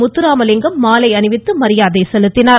முத்துராமலிங்கம் மாலை அணிவித்து மரியாதை செலுத்தினார்